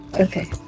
Okay